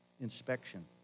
Inspection